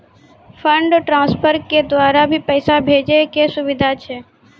Fund transfer के द्वारा भी पैसा भेजै के सुविधा छै?